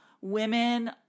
women